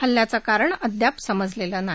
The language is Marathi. हल्ल्याचं कारण अद्याप समजलेलं नाही